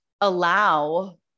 allow